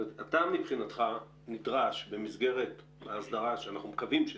אתה מבחינתך נדרש במסגרת ההסדרה שאנחנו מקווים שתהיה,